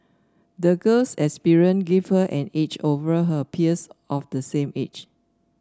the girl's experience gave her an edge over her peers of the same age